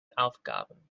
aufgaben